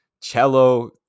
Cello